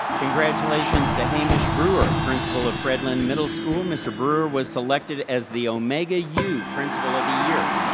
congratulations to hamish brewer, principal of fred lynn middle school. mr. brewer was selected as the omega u principal of the year.